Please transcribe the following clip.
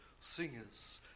singers